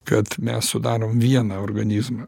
kad mes sudarom vieną organizmą